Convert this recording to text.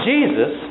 Jesus